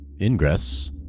ingress